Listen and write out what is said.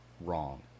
wrong